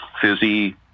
fizzy